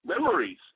memories